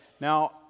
Now